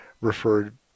referred